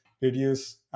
reduce